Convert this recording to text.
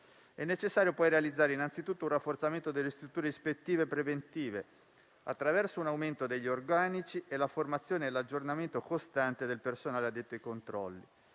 È necessario poi realizzare innanzitutto il rafforzamento delle strutture ispettive preventive, attraverso un aumento degli organici, la formazione e l'aggiornamento costante del personale addetto ai controlli